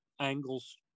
Angles